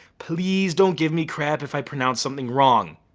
please don't give me crap if i pronounce something wrong.